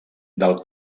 del